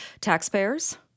taxpayers